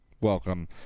welcome